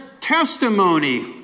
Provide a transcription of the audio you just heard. testimony